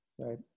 Right